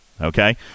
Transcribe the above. Okay